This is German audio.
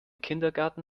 kindergarten